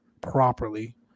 properly